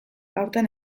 aurten